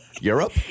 Europe